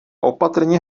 opatrně